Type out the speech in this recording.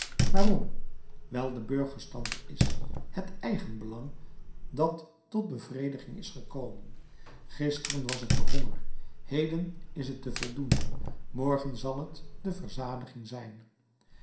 waarom wijl de burgerstand is het eigenbelang dat tot bevrediging is gekomen gisteren was het de honger heden is het de voldoening morgen zal het de verzadiging zijn